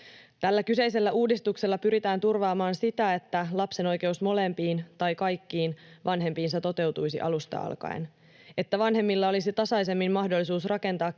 Tällä kyseisellä uudistuksella pyritään turvaamaan sitä, että lapsen oikeus molempiin tai kaikkiin vanhempiinsa toteutuisi alusta alkaen, että vanhemmilla olisi tasaisemmin mahdollisuus rakentaa